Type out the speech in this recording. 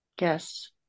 Yes